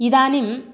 इदानीम्